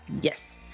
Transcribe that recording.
Yes